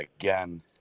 again